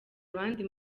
abandi